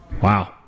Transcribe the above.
Wow